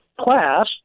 class